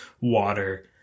water